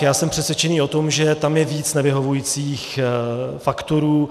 Já jsem přesvědčený o tom, že tam je víc nevyhovujících faktorů.